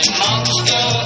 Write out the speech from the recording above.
monster